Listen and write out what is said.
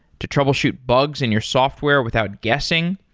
to troubleshoot bugs in your software without guessing.